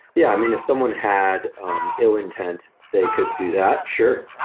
yeah. i mean, if someone had um ill intent, they could do that, sure.